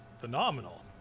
phenomenal